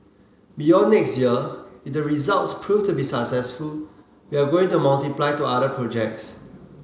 beyond next year if the results proved to be successful we are going to multiply to other projects